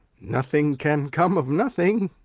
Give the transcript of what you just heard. nothing can come of nothing.